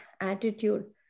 attitude